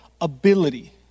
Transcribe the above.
ability